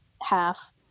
half